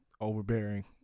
overbearing